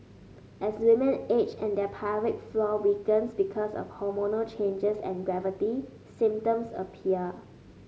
as women age and their pelvic floor weakens because of hormonal changes and gravity symptoms appear